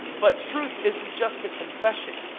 but truth isn't just a confession.